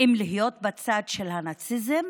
אם להיות בצד של הנאציזם